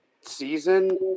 season